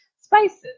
spices